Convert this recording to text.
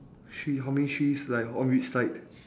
tree how many trees like on which side